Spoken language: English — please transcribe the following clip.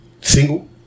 single